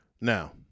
Now